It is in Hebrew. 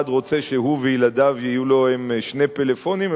רוצה שהוא וילדיו יהיו להם שני פלאפונים,